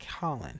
Colin